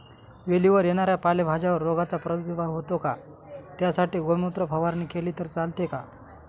वेलीवर येणाऱ्या पालेभाज्यांवर रोगाचा प्रादुर्भाव होतो का? त्यासाठी गोमूत्र फवारणी केली तर चालते का?